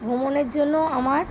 ভ্রমণের জন্য আমার